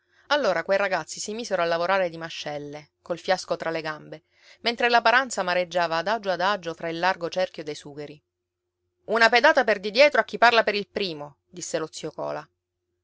allora quei ragazzi si misero a lavorare di mascelle col fiasco fra le gambe mentre la paranza mareggiava adagio adagio fra il largo cerchio dei sugheri una pedata per di dietro a chi parla per il primo disse lo zio cola